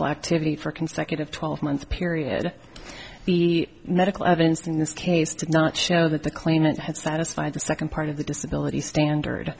kinkel activity for consecutive twelve month period the medical evidence in this case did not show that the claimant had satisfied the second part of the disability standard